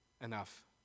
enough